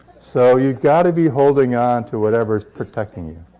so you've got to be holding on to whatever is protecting you